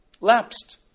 lapsed